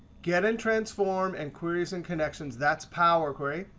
get in transform and queries and connections, that's power query.